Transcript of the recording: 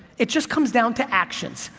it just comes down to actions.